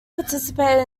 participated